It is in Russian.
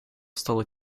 стала